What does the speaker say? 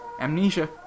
amnesia